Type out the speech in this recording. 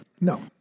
No